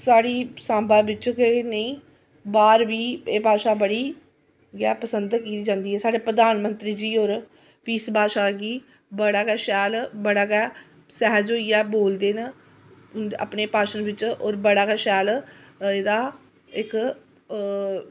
साढ़ी सांबा बिच्च गै नेईं बाह्र बी एह् भाशा बड़ी गै पसंद कीती जंदी ऐ साढ़े प्रधानमंत्री जी होर बी इस भाशा गी बड़ा गै शैल बड़ा गै सैह्ज होइयै बोलदे न अपने भाशन बिच्च होर बड़ा गै शैल एह्दा इक